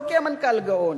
לא כי המנכ"ל גאון,